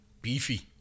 Beefy